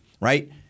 right